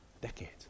Decades